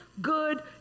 good